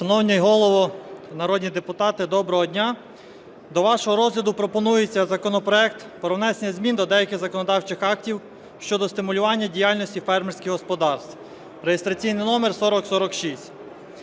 Шановний Голово, народні депутати, доброго дня! До вашого розгляду пропонується законопроект про внесення змін до деяких законодавчих актів щодо стимулювання діяльності фермерських господарств (реєстраційний номер 4046).